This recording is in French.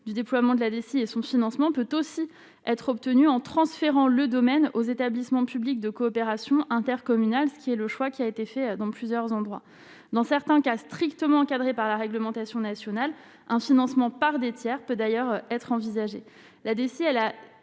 du déploiement de la DSI et son financement, peut aussi être obtenus en transférant le domaine aux établissements publics de coopération intercommunale, ce qui est le choix qui a été fait dans plusieurs endroits, dans certains cas strictement encadrées par la réglementation nationale un financement par des tiers peut d'ailleurs être envisagée la DCA à